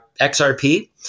xrp